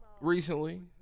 Recently